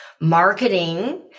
marketing